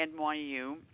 NYU